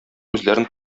үзләрен